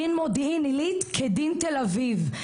דין מודיעין עילית כדין תל אביב.